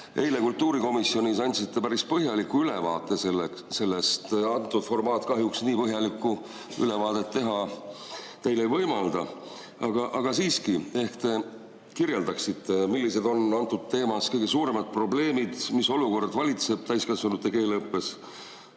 andsite kultuurikomisjonis sellest päris põhjaliku ülevaate. Praegune formaat kahjuks nii põhjalikku ülevaadet teha ei võimalda, aga siiski, ehk te kirjeldaksite, millised on kõige suuremad probleemid, mis olukord valitseb täiskasvanute keeleõppes?